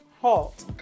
halt